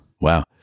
Wow